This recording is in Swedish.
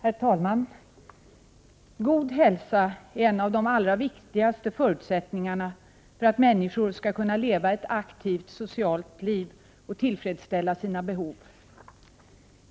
Herr talman! God hälsa är en av de allra viktigaste förutsättningarna för att människor skall kunna leva ett aktivt socialt liv och tillfredsställa sina behov.